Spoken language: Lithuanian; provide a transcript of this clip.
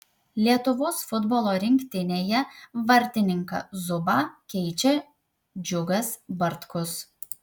lietuvos futbolo rinktinėje vartininką zubą keičia džiugas bartkus